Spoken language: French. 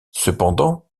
cependant